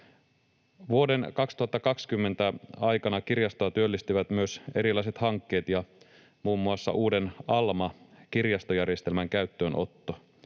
Vuoden 2020 aikana kirjastoa työllistivät myös erilaiset hankkeet ja muun muassa uuden Alma-kirjastojärjestelmän käyttöönotto.